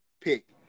pick